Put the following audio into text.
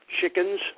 chickens